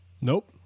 Nope